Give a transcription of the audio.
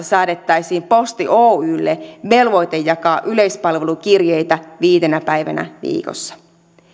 säädettäisiin posti oyjlle velvoite jakaa yleispalvelukirjeitä viitenä päivänä viikossa